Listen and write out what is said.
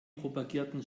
propagierten